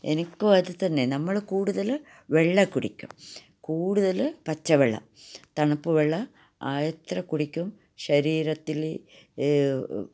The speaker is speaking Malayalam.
എനിക്കു അതുതന്നെ നമ്മള് കൂടുതൽ വെള്ള കുടിക്കും കൂടുതൽ പച്ചവെള്ളം തണുപ്പ് വെള്ള ആയത്ര കുടിക്കും ശരീരത്തില്